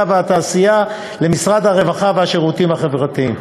והתעשייה למשרד הרווחה והשירותים החברתיים.